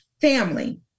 family